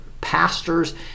pastors